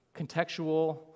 contextual